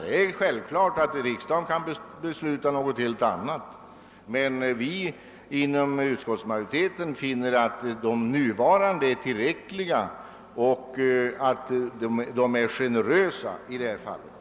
Det är självklart att riksdagen kan besluta något helt annat, men vi inom utskottsmajoriteten finner att de nuvarande bestämmelserna är tillräckliga för att medge en generös behandling.